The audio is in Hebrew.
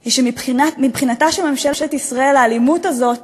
היא שמבחינתה של ממשלת ישראל האלימות הזאת